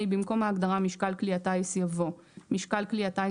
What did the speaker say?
(ה) במקום ההגדרה "משקל כלי הטיס" יבוא "משקל כלי הטיס